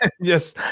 Yes